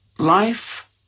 Life